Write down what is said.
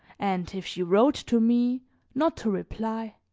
and if she wrote to me not to reply.